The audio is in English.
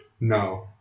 No